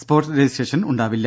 spot registration ഉണ്ടാവില്ല